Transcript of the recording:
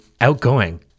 outgoing